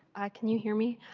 can you hear me?